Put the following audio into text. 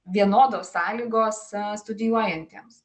vienodos sąlygos studijuojantiems